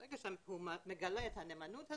ברגע שהוא מגלה את הנאמנות הזאת,